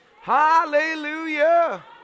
hallelujah